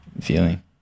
feeling